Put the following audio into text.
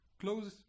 Close